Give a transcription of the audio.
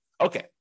Okay